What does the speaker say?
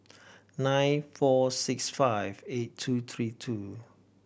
nine four six five eight two three two